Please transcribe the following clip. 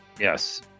Yes